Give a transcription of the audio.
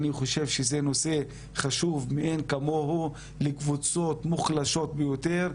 אני חושב שזה נושא חשוב מאין כמוהו לקבוצות מוחלשות ביותר.